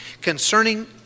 concerning